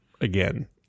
again